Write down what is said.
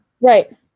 Right